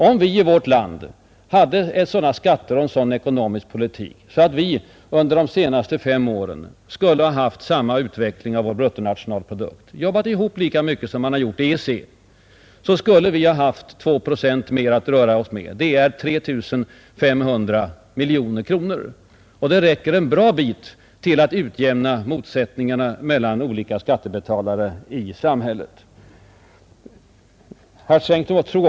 Om vi i vårt land hade haft sådana skatter och en sådan ekonomisk politik att vi under de senaste fem åren fått samma utveckling av vår bruttonationalprodukt och jobbat ihop lika mycket som man gjort i EEC, så skulle vi i dag haft två procent mer att röra oss med. Det ger 3 500 miljoner kronor, och den summan räcker en bra bit när det gäller att utjämna motsättningarna mellan olika skattebetalare i samhället utan att höja skatterna för den ena eller andra gruppen.